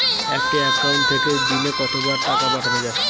একটি একাউন্ট থেকে দিনে কতবার টাকা পাঠানো য়ায়?